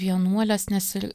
vienuolės nes ir